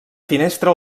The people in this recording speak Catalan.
finestra